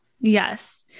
Yes